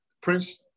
Prince